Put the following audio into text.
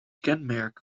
kenmerk